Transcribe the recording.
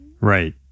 right